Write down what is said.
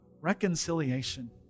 reconciliation